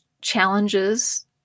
challenges